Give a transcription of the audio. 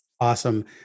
Awesome